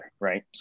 Right